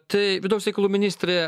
tai vidaus reikalų ministrė